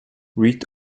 read